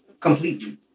Completely